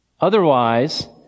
Otherwise